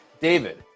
David